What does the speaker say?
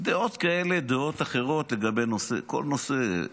דעות כאלה ואחרות לגבי כל נושא.